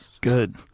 Good